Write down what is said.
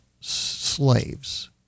slaves